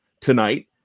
tonight